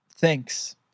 thanks